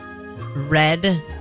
Red